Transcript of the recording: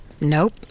Nope